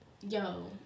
yo